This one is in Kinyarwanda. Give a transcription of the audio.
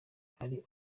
hari